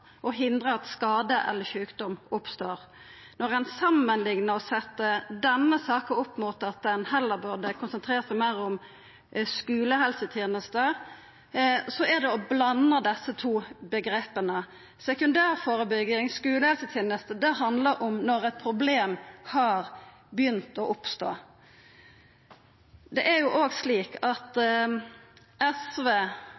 og hindra at skade eller sjukdom oppstår. Når ein samanliknar og set denne saka opp mot at ein heller burde konsentrert seg meir om skulehelsetenesta, så er det å blanda desse to omgrepa. Sekundærførebygging, skulehelseteneste, handlar om når eit problem har begynt å oppstå. Det er jo slik at